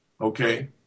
okay